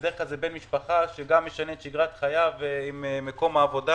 בדרך כלל זה בן משפחה שמשנה את שגרת חייו ולוקח יום חופשה